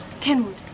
Kenwood